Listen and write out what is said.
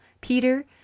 Peter